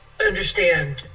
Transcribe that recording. understand